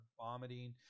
vomiting